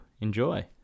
Enjoy